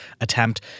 attempt